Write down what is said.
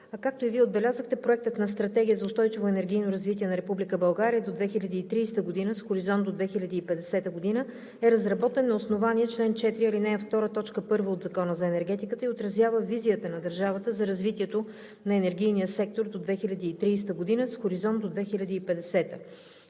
Както и Вие отбелязахте, Проектът на стратегия за устойчиво енергийно развитие на Република България до 2030 г. с хоризонт до 2050 г. е разработен на основание чл. 4, ал. 2, т. 1 от Закона за енергетиката и отразява визията на държавата за развитието на енергийния сектор до 2030 г. с хоризонт до 2050-а.